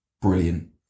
brilliant